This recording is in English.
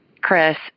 Chris